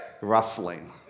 Rustling